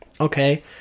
okay